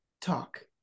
talk